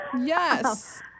Yes